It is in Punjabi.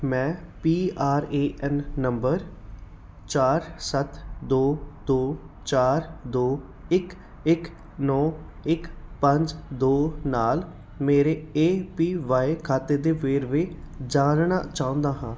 ਮੈਂ P R A N number ਚਾਰ ਸੱਤ ਦੋ ਦੋ ਚਾਰ ਦੋ ਇੱਕ ਇੱਕ ਨੌਂ ਇੱਕ ਪੰਜ ਦੋ ਨਾਲ ਮੇਰੇ ਏ ਪੀ ਵਾਈ ਖਾਤੇ ਦੇ ਵੇਰਵੇ ਜਾਣਨਾ ਚਾਹੁੰਦਾ ਹਾਂ